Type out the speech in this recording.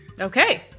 Okay